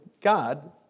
God